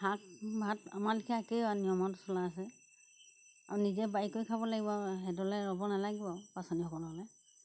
শাক ভাত আমাৰ লেখিয়া একেই আৰু নিয়মত চলা আছে আৰু নিজে বাঢ়ি কৰি খাব লাগিব আৰু সিহঁতলে ৰ'ব নালাগিব আৰু পাচনীসকললৈ